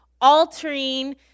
altering